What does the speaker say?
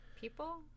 people